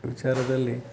ವಿಚಾರದಲ್ಲಿ